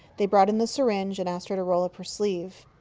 they brought in the syringe and asked her to roll up her sleeve.